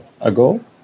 ago